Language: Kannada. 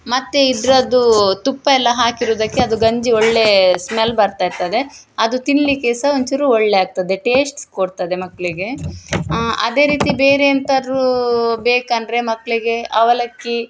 ಮತ್ತು ಇದರದ್ದೂ ತುಪ್ಪ ಎಲ್ಲ ಹಾಕಿರುವುದಕ್ಕೆ ಅದು ಗಂಜಿ ಒಳ್ಳೆಯ ಸ್ಮೆಲ್ ಬರ್ತಾ ಇರ್ತದೆ ಅದು ತಿನ್ನಲಿಕ್ಕೆ ಸಹ ಒಂದ್ಚೂರು ಒಳ್ಳೆಯ ಆಗ್ತದೆ ಟೇಶ್ಟ್ ಕೊಡ್ತದೆ ಮಕ್ಕಳಿಗೆ ಅದೇ ರೀತಿ ಬೇರೆ ಎಂತಾರೂ ಬೇಕಂದರೆ ಮಕ್ಕಳಿಗೆ ಅವಲಕ್ಕಿ